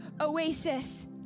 oasis